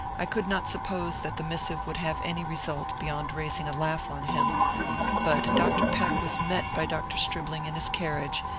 i could not suppose that the missive would have any result beyond raising a laugh on him but dr. peck was met by dr. stribling in his carriage,